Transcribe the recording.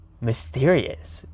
mysterious